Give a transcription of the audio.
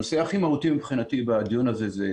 הנושא הכי מהותי מבחינתי בדיון הזה הוא